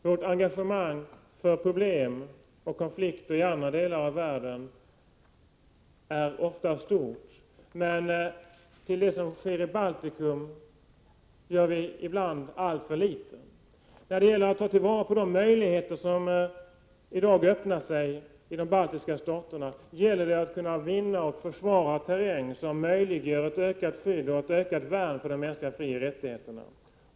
Vårt engagemang för problem och konflikter i andra delar av världen är ofta stort, men när det gäller det som sker i Baltikum gör vi ibland alltför litet. När det gäller att ta till vara de möjligheter som i dag öppnar sig i de baltiska staterna gäller det att vinna och försvara terräng som möjliggör ett ökat skydd och värn för de mänskliga frioch rättigheterna.